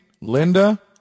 Linda